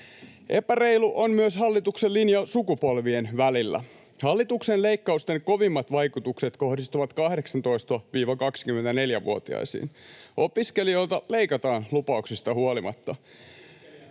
Epäreilu on myös hallituksen linja sukupolvien välillä. Hallituksen leikkausten kovimmat vaikutukset kohdistuvat 18—24-vuotiaisiin. [Ben Zyskowicz: No opiskelijat